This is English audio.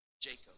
Jacob